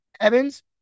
Evans